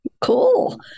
Cool